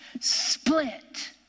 split